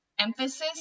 emphasis